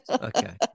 Okay